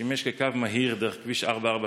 שרת התחבורה, קו 100 שימש כקו מהיר דרך כביש 443,